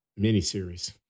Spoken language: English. miniseries